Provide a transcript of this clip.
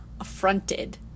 affronted